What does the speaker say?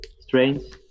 strains